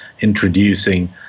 introducing